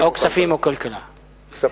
אם צריך לבחור בין כלכלה לכספים,